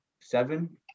seven